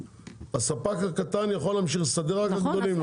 הספק הקטן יכול להמשיך לסדר רק הגדולים לא.